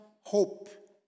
hope